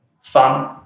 fun